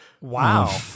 Wow